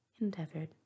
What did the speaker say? endeavored